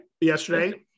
Yesterday